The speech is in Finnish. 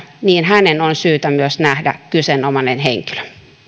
niin hänen on syytä myös nähdä kyseenomainen henkilö